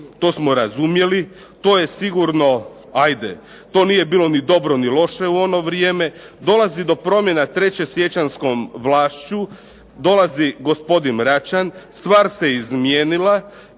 To smo razumjeli. To je sigurno, hajde. To nije bilo ni dobro, ni loše u ono vrijeme. Dolazi do promjena treće siječanjskom vlašću. Dolazi gospodin Račan. Stvar se izmijenila.